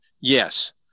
Yes